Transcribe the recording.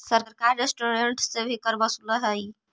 सरकार रेस्टोरेंट्स से भी कर वसूलऽ हई